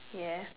ya